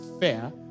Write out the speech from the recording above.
fair